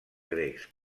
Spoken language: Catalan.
grecs